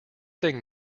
thing